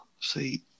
See